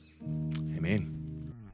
Amen